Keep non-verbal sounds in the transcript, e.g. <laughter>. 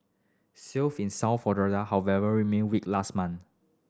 <unintelligible> in South Florida however remained weak last month